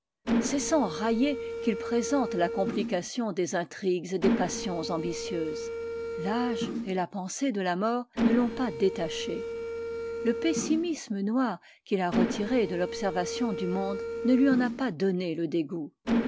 c'est sans railler qu'il présente la complication des intrigues et des passions ambitieuses l'âge et la pensée de la mort ne l'ont pas détaché le pessimisme noir qu'il a retiré de l'observation du monde ne lui en a pas donné le dégoût